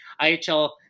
IHL